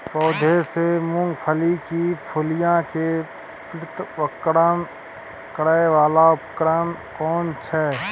पौधों से मूंगफली की फलियां के पृथक्करण करय वाला उपकरण केना छै?